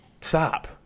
Stop